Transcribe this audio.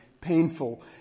painful